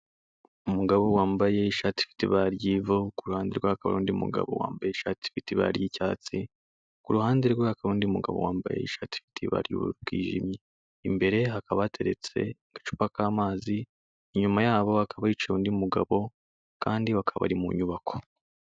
Umugabo wambaye ishati ifite ibara ryivu, kuruhande rwe hakaba undi mugabo wambaye ishati ifite ibara ry'icyatsi, kuruhande rwe hakaba hari undi mugabo wambaye ishati ifite ibara ry'ubururu bwijimye, imbere hakaba hateretse agacupa k'amazi inyuma yabo hakaba hicaye undi mugabo kandi bakaba bari mu nyubako.